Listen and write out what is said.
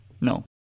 No